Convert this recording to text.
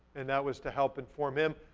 and that was to help inform him.